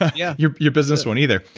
yeah your your business won't either.